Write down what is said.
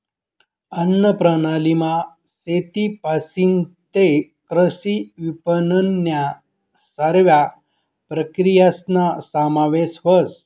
अन्नप्रणालीमा शेतपाशीन तै कृषी विपनननन्या सरव्या प्रक्रियासना समावेश व्हस